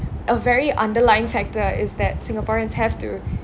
a very underlying factor is that singaporeans have to